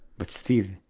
but still,